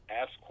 ask